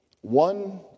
one